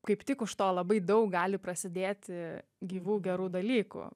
kaip tik už to labai daug gali prasidėti gyvų gerų dalykų